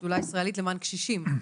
השדולה הישראלית למען קשישים.